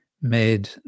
made